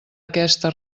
aquesta